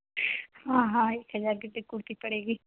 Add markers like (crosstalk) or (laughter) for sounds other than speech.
ہاں ہاں ایک ہزار کی (unintelligible) کرتی پڑے گی